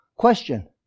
question